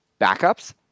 Backups